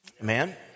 Amen